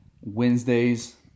Wednesdays